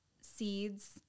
seeds